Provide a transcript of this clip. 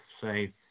say